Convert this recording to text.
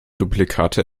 duplikate